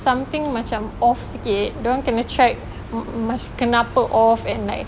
something macam off sikit dorang kena track kenapa off and like